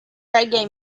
reggae